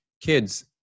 kids